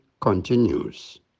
continues